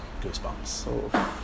Goosebumps